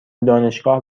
دانشگاه